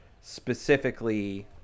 specifically